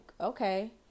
okay